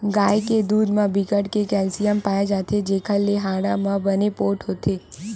गाय के दूद म बिकट के केल्सियम पाए जाथे जेखर ले हाड़ा ह बने पोठ होथे